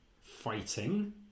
fighting